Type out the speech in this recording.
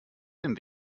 dem